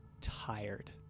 tired